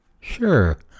Sure